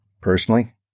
Personally